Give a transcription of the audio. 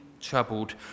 troubled